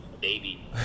baby